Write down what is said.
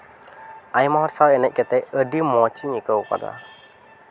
ᱟᱭᱢᱟ ᱦᱚᱲ ᱥᱟᱶ ᱮᱱᱮᱡ ᱠᱟᱛᱮ ᱟᱹᱰᱤ ᱢᱚᱡᱽ ᱤᱧ ᱟᱹᱭᱠᱟᱹᱣ ᱠᱟᱫᱟ